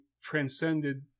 transcended